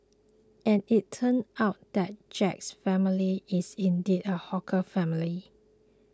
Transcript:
and it turned out that Jack's family is indeed a hawker family